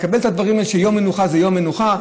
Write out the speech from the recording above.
מקבל את הדברים האלה שיום מנוחה זה יום מנוחה,